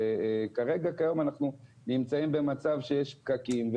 וכרגע כיום אנחנו נמצאים במצב שיש פקקים,